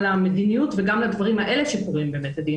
למדיניות וגם לדברים האלה שקורים בבית הדין.